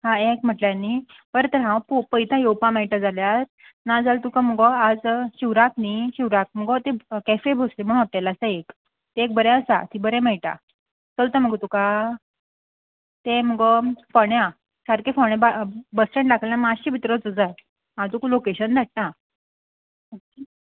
हा एक म्हटल्यार न्ही बरें तर हांव पो पळयता येवपा मेळटा जाल्यार नाजाल्या तुका मुगो आज शिवराक न्ही शिवराक मुगो ते कॅफे भोसले म्हुणो हॉटॅल आसा एक तें एक बरें आसा थीं बरें मेळटा चलता मुगो तुका तें मुगो फोण्यां सारकें फोण्यां बा बस स्टँडा कडल्यान मात्शें भितर वचूं जाय हांव तुका लोकेशन धाडटा ओके